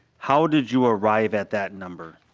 how did you arrive at that number?